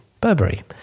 Burberry